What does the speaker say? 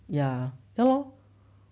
ya ya lor